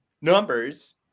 numbers